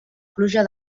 pluja